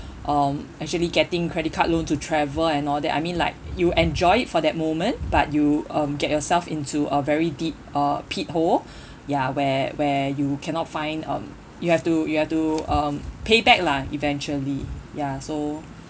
um actually getting credit card loan to travel and all that I mean like you enjoy it for that moment but you um get yourself into a very deep uh pit hole ya where where you cannot find um you have to you have to um pay back lah eventually ya so